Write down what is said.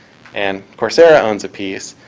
and coursera owns a piece,